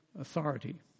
authority